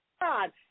God